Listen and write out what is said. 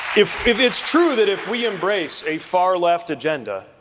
if if it's true that if we embrace a far-left agenda,